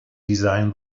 design